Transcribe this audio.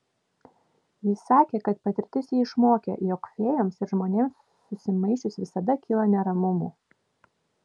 jis sakė kad patirtis jį išmokė jog fėjoms ir žmonėms susimaišius visada kyla neramumų